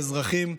האזרחים,